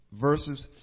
verses